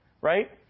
right